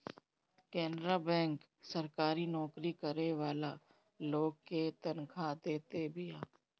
Canara bank सरकारी नोकरी करे वाला लोग के तनखा देत बिया